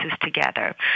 together